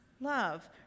love